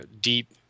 deep